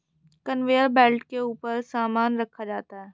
conveyor belt के ऊपर सामान रखा जाता है